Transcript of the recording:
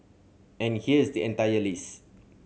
and here's the entire list